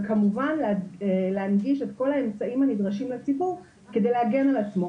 וכמובן להנגיש את כל האמצעים הנדרשים לציבור כדי להגן על עצמו.